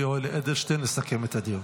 יולי יואל אדלשטיין לסכם את הדיון.